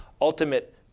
ultimate